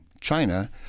China